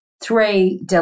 three